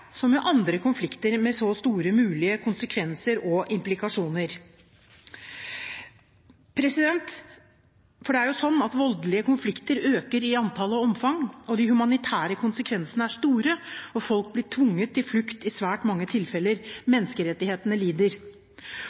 som i andre konflikter med så store mulige konsekvenser og implikasjoner. Det er slik at voldelige konflikter øker i antall og omfang. De humanitære konsekvensene er store, og folk blir tvunget til flukt i svært mange tilfeller. Menneskerettighetene lider.